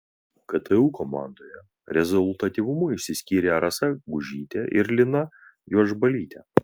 ktu komandoje rezultatyvumu išsiskyrė rasa gužytė ir lina juodžbalytė